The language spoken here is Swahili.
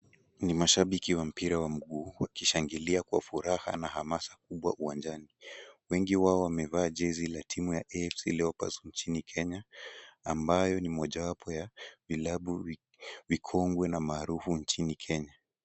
Ni mashabiki wa mpira wa miguu wakishangilia kwa furaha na hamasa kubwa uwanjani. Wengi wao wamevaa jezi la timu ya AFC Leopards nchini kenya ambayo ni moja wapo ya vilabu vikongwe na maarufu nchini Kenya.